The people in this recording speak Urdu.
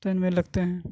ٹین میں لگتے ہیں